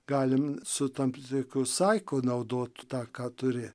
galim su tam tikru saiku naudot tą ką turi